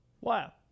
Wow